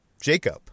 Jacob